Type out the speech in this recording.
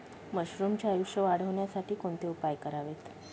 मशरुमचे आयुष्य वाढवण्यासाठी कोणते उपाय करावेत?